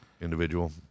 individual